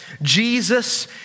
Jesus